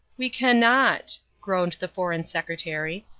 we cannot, groaned the foreign secretary.